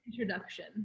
Introduction